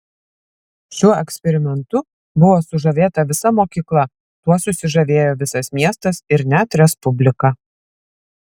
šiuo eksperimentu buvo sužavėta visa mokyklą tuo susižavėjo visas miestas ir net respublika